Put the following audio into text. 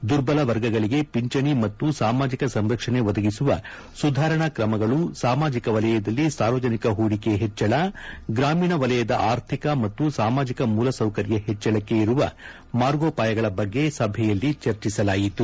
ದುರ್ಬಲ ವರ್ಗಗಳಿಗೆ ಪಿಂಚಣಿ ಮತ್ತು ಸಾಮಾಜಿಕ ಸಂರಕ್ಷಣೆ ಒದಗಿಸುವ ಸುಧಾರಣಾ ಕ್ರಮಗಳು ಸಾಮಾಜಿಕ ವಲಯದಲ್ಲಿ ಸಾರ್ವಜನಿಕ ಹೂಡಿಕೆ ಹೆಚ್ಚಳ ಗ್ರಾಮೀಣ ವಲಯದ ಆರ್ಥಿಕ ಮತ್ತು ಸಾಮಾಜಿಕ ಮೂಲಸೌಕರ್ಯ ಹೆಚ್ಚಳಕ್ಕೆ ಇರುವ ಮಾರ್ಗೋಪಾಯಗಳ ಬಗ್ಗೆ ಸಭೆಯಲ್ಲಿ ಚರ್ಚಿಸಲಾಯಿತು